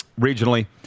regionally